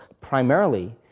primarily